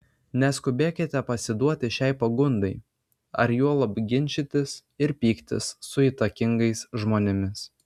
neskubėkite pasiduoti šiai pagundai ar juolab ginčytis ir pyktis su įtakingais žmonėmis